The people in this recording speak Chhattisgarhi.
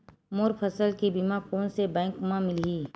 मोर फसल के बीमा कोन से बैंक म मिलही?